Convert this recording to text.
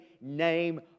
name